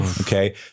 Okay